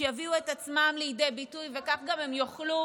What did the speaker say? שיביאו את עצמם לידי ביטוי וכך גם יוכלו